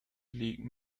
league